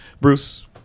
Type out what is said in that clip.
Bruce